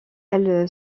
elle